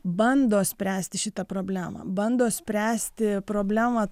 bando spręsti šitą problemą bando spręsti problemą